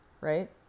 right